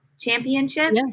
championship